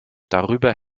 darüber